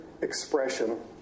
expression